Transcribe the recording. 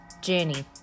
journey